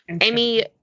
Amy